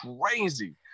crazy